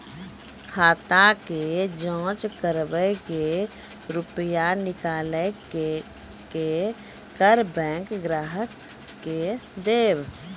खाता के जाँच करेब के रुपिया निकैलक करऽ बैंक ग्राहक के देब?